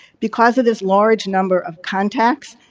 because of this large number of contacts,